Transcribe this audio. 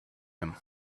him